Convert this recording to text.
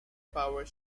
power